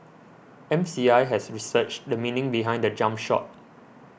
M C I has researched the meaning behind the jump shot